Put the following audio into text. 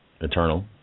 eternal